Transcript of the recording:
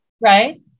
right